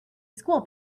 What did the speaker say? school